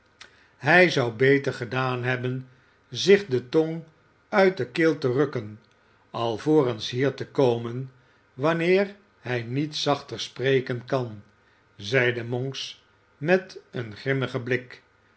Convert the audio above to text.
hij zou beter gedaan hebben zich de tong uit de keel te rukken alvorens hier te komen wanneer hij niet zachter spreken kan zeide monks met een grimmigen blik